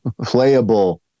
playable